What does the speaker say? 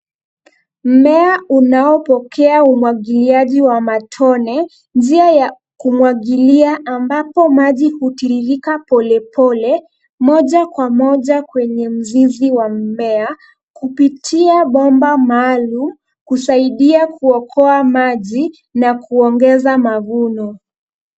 Mmea unaopokea umwagiliaji wa matone, njia ya kumwagilia ambapo maji hutiririka pole pole moja kwa moja kwenye mzizi wa mmea kupitia miamaba maalum kusaidia kuokoa maji na kuongeza mavuno.